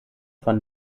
von